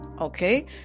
Okay